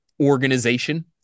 organization